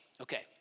Okay